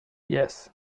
yes